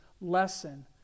lesson